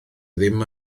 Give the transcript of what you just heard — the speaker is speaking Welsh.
ddim